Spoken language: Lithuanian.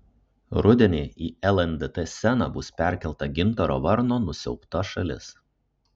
rudenį į lndt sceną bus perkelta gintaro varno nusiaubta šalis